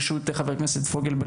בראשות חבר הכנסת צביקה פוגל.